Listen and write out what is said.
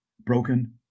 Broken